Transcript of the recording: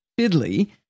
fiddly